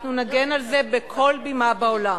אנחנו נגן על זה בכל בימה בעולם.